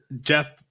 Jeff